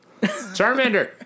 Charmander